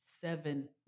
Seven